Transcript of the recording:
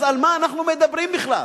אז על מה אנחנו מדברים בכלל?